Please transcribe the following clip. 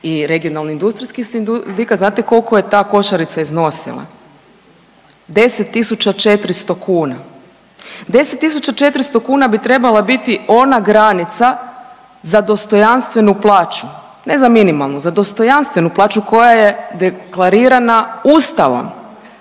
i regionalni i industrijski sindikat, znate koliko je ta košarica iznosila? 10 400 kuna. 10 400 kuna bi trebala biti ona granica za dostojanstvenu plaću. Ne za minimalnu, za dostojanstvenu plaću koja je deklarirana Ustavom